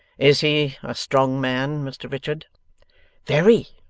is he a strong man, mr richard very,